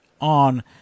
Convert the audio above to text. on